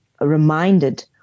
reminded